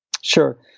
Sure